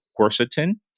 quercetin